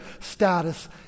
status